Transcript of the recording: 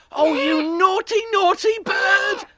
oh, you naughty, naughty bird!